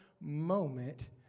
moment